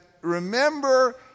remember